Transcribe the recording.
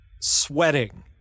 sweating